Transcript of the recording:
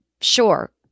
sure